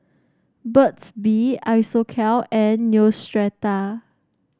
Burt's Bee Isocal and Neostrata